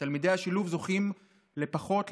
ותלמידי השילוב זוכים לפחות,